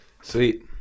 sweet